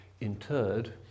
interred